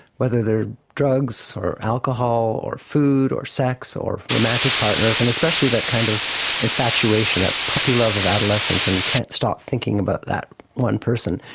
whether they are drugs or alcohol or food or sex or romantic partners, and especially that kind of infatuation, that puppy love of adolescence, when you can't stop thinking about that one person,